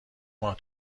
ماه